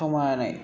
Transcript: समानै